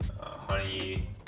honey